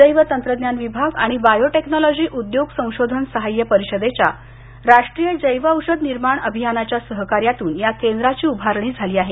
जैव तंत्रज्ञान विभाग आणि बायोटेक्नॉलॉजी उद्योग संशोधन सहाय्य परिषदेच्या राष्ट्रीय जैव औषध निर्माण अभियानाच्या सहकार्यातून या केंद्राची उभारणी झाली आहे